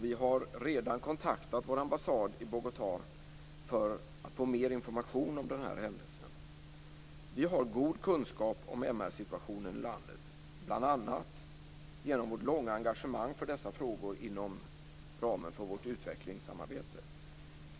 Vi har redan kontaktat vår ambassad i Bogotá för att få mer information om den här händelsen. Vi har god kunskap om MR-situationen i landet bl.a. genom vårt långa engagemang för dessa frågor inom ramen för vårt utvecklingssamarbete.